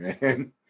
man